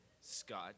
Scott